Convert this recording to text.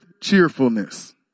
cheerfulness